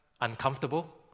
uncomfortable